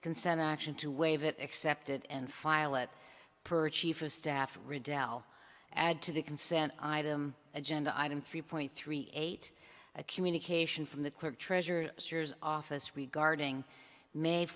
consent action to waive it accepted and file a per chief of staff rebel add to the consent item agenda item three point three eight a communication from the clerk treasurer cers office regarding ma